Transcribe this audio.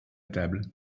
table